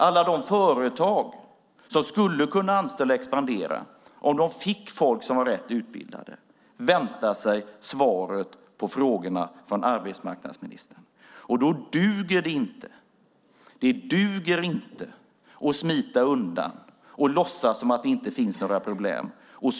Alla de företag som skulle kunna anställa och expandera om de fick folk som har rätt utbildning väntar sig svar från arbetsmarknadsministern på frågorna. Då duger det inte att smita undan, sopa allting under mattan och låtsas som om det inte finns några problem.